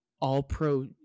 all-pro